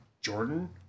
Jordan